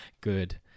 Good